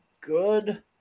good